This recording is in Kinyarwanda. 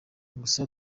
gusa